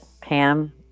Pam